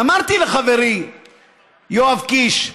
אמרתי לחברי יואב קיש: